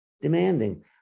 demanding